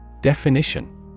Definition